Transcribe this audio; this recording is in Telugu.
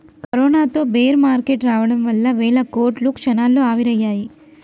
కరోనాతో బేర్ మార్కెట్ రావడం వల్ల వేల కోట్లు క్షణాల్లో ఆవిరయ్యాయి